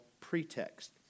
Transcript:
pretext